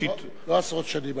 לא עשרות שנים,